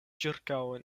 ĉirkaŭ